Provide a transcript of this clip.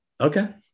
Okay